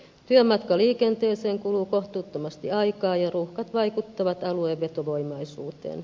työmatkaliikenteeseen kuluu kohtuuttomasti aikaa ja ruuhkat vaikuttavat alueen vetovoimaisuuteen